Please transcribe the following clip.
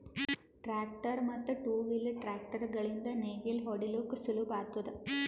tractor ಮತ್ತ್ two wheel tractor ಗಳಿಂದ್ ನೇಗಿಲ ಹೊಡಿಲುಕ್ ಸುಲಭ ಆತುದ